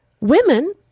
women